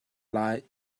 lai